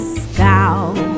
scowl